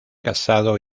casado